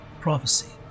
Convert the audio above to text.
prophecy